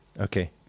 okay